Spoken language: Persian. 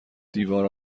دیوار